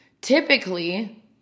Typically